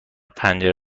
پنجره